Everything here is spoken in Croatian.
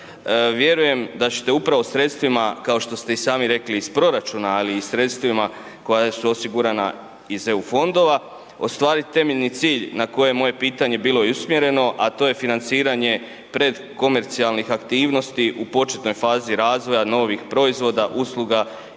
vjerujem da ćete upravo sredstvima kao što ste i sami rekli iz proračuna, ali i sredstvima koja su osigurana iz EU fondova ostvarit temeljni cilj na koje je moje pitanje bilo i usmjereno, a to je financiranje predkomercijalnih aktivnosti u početnoj fazi razvoja novih proizvoda, usluga i tehnoloških